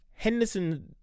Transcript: Henderson